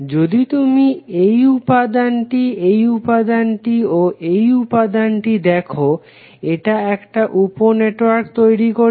যদি তুমি এই উপাদানটি এই উপাদানটি ও এই উপাদানটি দেখো এটা একটা উপ নেটওয়ার্ক তৈরি করছে